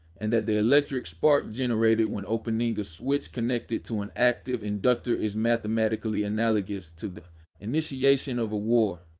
and that the electric spark generated when openinga switch connected to an active inductor is mathematically analogous to the initiation of a war.